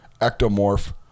Ectomorph